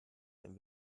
dem